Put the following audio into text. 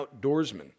outdoorsman